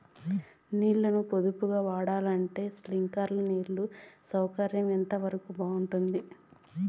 నీళ్ళ ని పొదుపుగా వాడాలంటే స్ప్రింక్లర్లు నీళ్లు సౌకర్యం ఎంతవరకు బాగుంటుంది?